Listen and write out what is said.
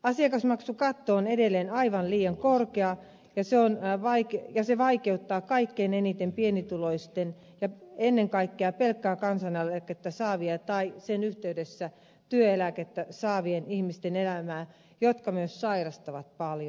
asiakasmaksukatto on edelleen aivan liian korkea ja se on yhä vaiti ja se vaikeuttaa kaikkein eniten pienituloisten ja ennen kaikkea pelkkää kansaneläkettä saavien tai sen yhteydessä työeläkettä saavien ihmisten elämää jotka myös sairastavat paljon